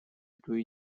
эту